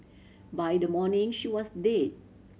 by the morning she was dead